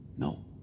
No